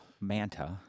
Manta